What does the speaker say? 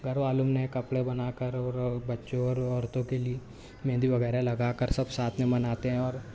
گھر والوں میں نئے کپڑے بنا کر اور بچوں اور عورتوں کے لیے مہندی وغیرہ لگا کر سب ساتھ میں مناتے ہیں اور